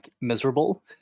miserable